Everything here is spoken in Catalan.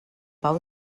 pau